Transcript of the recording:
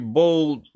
bold